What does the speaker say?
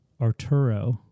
Arturo